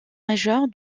majeur